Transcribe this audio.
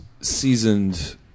seasoned